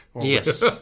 Yes